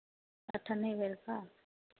अठन्नी भेर का